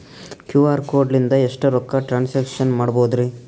QR code ಲಿಂದ ಎಷ್ಟ ರೊಕ್ಕ ಟ್ರಾನ್ಸ್ಯಾಕ್ಷನ ಮಾಡ್ಬೋದ್ರಿ?